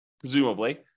presumably